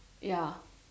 ya